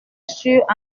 sûr